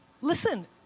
listen